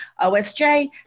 OSJ